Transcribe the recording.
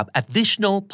additional